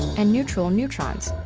and neutral neutrons.